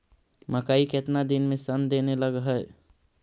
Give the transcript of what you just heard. मकइ केतना दिन में शन देने लग है?